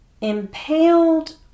impaled